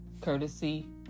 courtesy